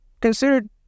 considered